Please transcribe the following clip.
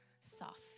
soft